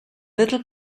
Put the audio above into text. little